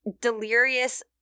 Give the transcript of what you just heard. delirious